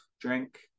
drink